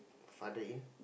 father in